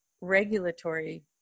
regulatory